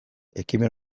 ekimen